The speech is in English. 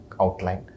outline